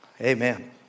Amen